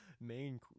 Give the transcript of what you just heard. main